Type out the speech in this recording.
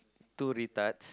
two retards